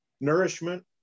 nourishment